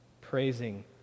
Praising